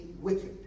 wicked